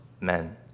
men